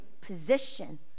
position